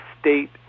state